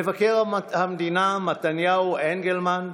מבקר המדינה מתניהו אנגלמן,